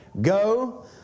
go